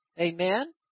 amen